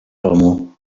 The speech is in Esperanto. romo